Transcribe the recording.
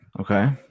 Okay